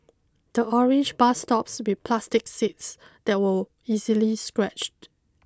the orange bus stops with plastic seats that were easily scratched